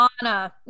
Anna